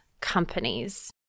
companies